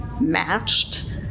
matched